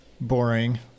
boring